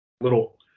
little